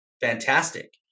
fantastic